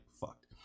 fucked